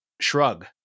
Shrug